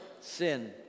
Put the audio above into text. sin